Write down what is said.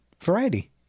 variety